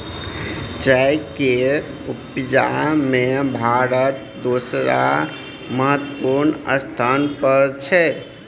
चाय केर उपजा में भारत दोसर महत्वपूर्ण स्थान पर छै